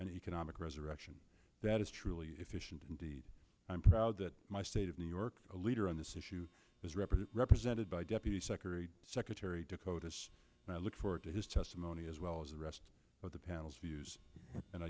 and economic resurrection that is truly efficient and i'm proud that my state of new york a leader on this issue does represent represented by deputy secretary secretary dakotas and i look forward to his testimony as well as the rest of the panel's views and